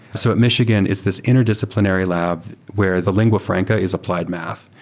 so at michigan, it's this interdisciplinary lab where the lingua franca is applied math.